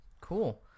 Cool